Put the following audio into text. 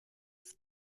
was